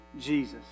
Jesus